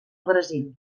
brasil